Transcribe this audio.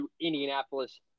Indianapolis